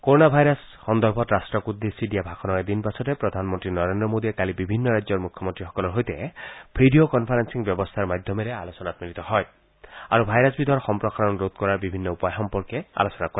corona virus সন্দৰ্ভত ৰট্টক উদ্দেশ্যি দিয়া ভাষণৰ এদিন পাছতে প্ৰধান মন্ত্ৰী নৰেন্দ্ৰ মোডীয়ে কালি বিভিন্ন ৰাজ্যৰ মুখ্যমন্ত্ৰীসকলৰ সৈতে ভিডিঅ কনফাৰেলিঙ ব্যৱস্থাৰ মাধ্যমেৰে আলোচনাত মিলিত হয় আৰু ভাইৰাছবিধৰ সম্প্ৰসাৰণ ৰোধ কৰাৰ বিভিন্ন উপায় সম্পৰ্কে আলোচনা কৰে